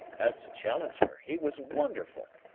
as to challenger, he was wonderful!